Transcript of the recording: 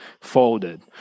folded